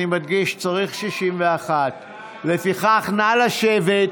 אני מדגיש: צריך 61. לפיכך, נא לשבת.